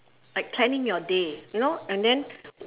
like planning your day you know and then